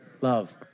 Love